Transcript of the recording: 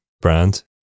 brand